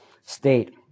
state